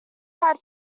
had